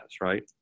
right